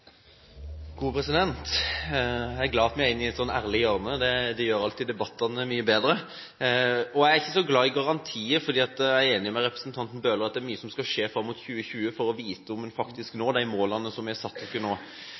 glad for at vi er inne i et ærlig hjørne, det gjør alltid debattene mye bedre. Jeg er ikke så glad i garantier, for jeg er enig med representanten Bøhler i at det er mye som skal skje fram mot 2020 før vi vet om vi faktisk når de målene som vi har satt